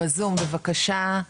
בזום בבקשה,